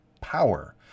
power